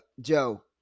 joe